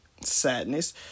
sadness